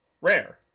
rare